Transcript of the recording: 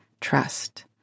trust